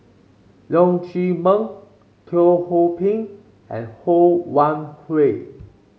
Leong Chee Mun Teo Ho Pin and Ho Wan Hui